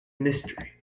mystery